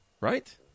right